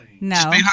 No